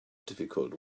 difficult